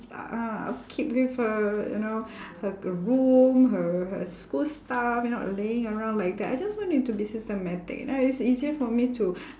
uh upkeep with her you know her room her her school stuff you not laying around like that I just want it to be systematic know it's easier for me to